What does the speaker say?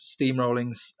steamrollings